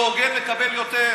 מי שלא הוגן, מקבל יותר,